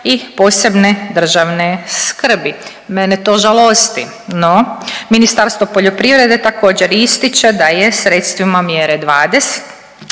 i posebne državne skrbi. Mene to žalosti. No, Ministarstvo poljoprivrede također ističe da je sredstvima mjere 20,